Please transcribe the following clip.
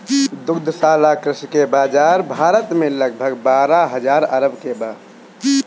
दुग्धशाला कृषि के बाजार भारत में लगभग बारह हजार अरब के बा